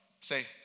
Say